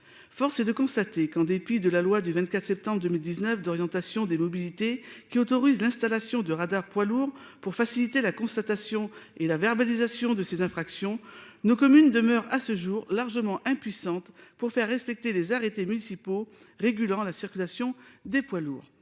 Force est de constater qu'en dépit de la loi du 24 septembre 2019 d'orientation des mobilités qui autorise l'installation de radars poids lourds pour faciliter la constatation et la verbalisation de ces infractions nos communes demeure à ce jour largement impuissante pour faire respecter les arrêtés municipaux régulant la circulation des poids lourds.